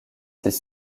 ses